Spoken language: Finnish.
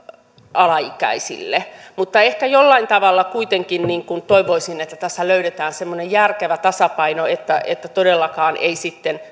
alaikäisille mutta ehkä jollain tavalla kuitenkin toivoisin että tässä löydetään semmoinen järkevä tasapaino että että todellakaan ei sitten